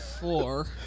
Four